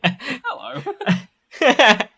Hello